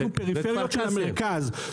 אנחנו פריפריות של המרכז.